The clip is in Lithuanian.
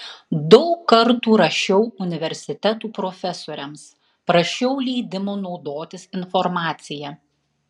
daug kartų rašiau universitetų profesoriams prašiau leidimo naudotis informacija